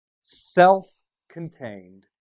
self-contained